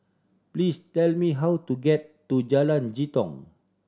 please tell me how to get to Jalan Jitong